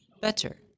Better